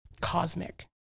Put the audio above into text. cosmic